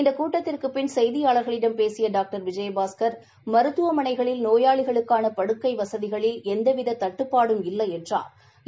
இந்த கூட்டத்திற்குப் பின் செய்தியாளர்களிடம் பேசிய டாக்டர் விஜயபாஸ்கர் மருத்துவமனைகளில் நோயாளிகளுக்கான படுக்கை வசதிகளில் எந்தவித தட்டுப்பாடும் இல்லை எனறாா்